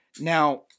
Now